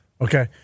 Okay